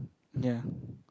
ya